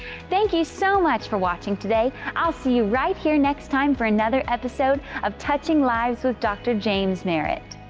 thank you so much for watching today. i'll see you right here next time for another episode of touching lives with dr. james merritt.